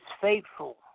faithful